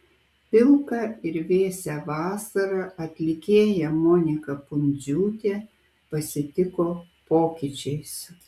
pilką ir vėsią vasarą atlikėja monika pundziūtė pasitiko pokyčiais